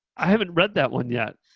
i haven't read that one yet.